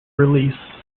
release